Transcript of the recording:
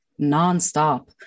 nonstop